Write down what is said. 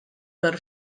per